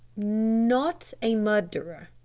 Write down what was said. not a murderer,